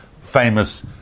famous